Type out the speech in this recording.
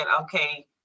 okay